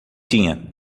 tinha